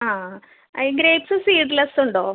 ആ grapes seedless ഉണ്ടോ